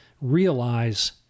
realize